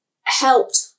helped